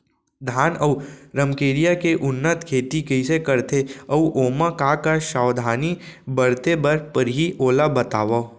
धान अऊ रमकेरिया के उन्नत खेती कइसे करथे अऊ ओमा का का सावधानी बरते बर परहि ओला बतावव?